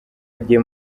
agiye